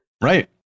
right